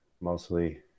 mostly